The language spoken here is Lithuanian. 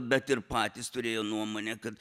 bet ir patys turėjo nuomonę kad